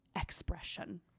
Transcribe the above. expression